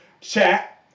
Chat